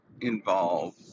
involve